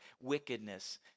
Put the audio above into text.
Wickedness